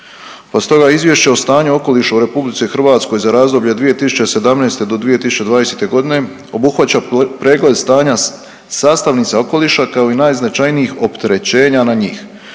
Pa stoga Izvješće o stanju okoliša u RH za razdoblje 2017.-2020.g. obuhvaća pregled stanja sastavnica okoliša kao i najznačajnijih opterećenja na njih.